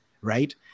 right